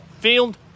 field